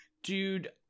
Dude